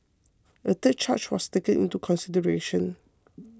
a third charge was taken into consideration